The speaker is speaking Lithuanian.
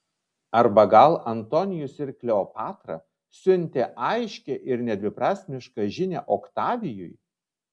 arba gal antonijus ir kleopatra siuntė aiškią ir nedviprasmišką žinią oktavijui